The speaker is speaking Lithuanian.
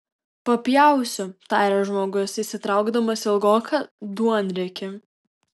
papjausiu tarė žmogus išsitraukdamas ilgoką duonriekį